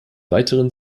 weiteren